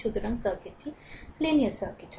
সুতরাং সার্কিটটিতে linear circuit হয়